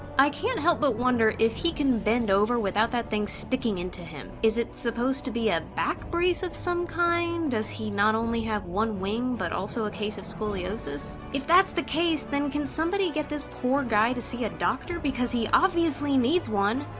i can't help but wonder if he can bend over without that thing sticking into him. is it supposed to be a back brace of some kind? does he not only have one wing but also a case of scoliosis? if that's the case then somebody get this poor guy to a doctor, because he obviously needs one.